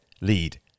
lead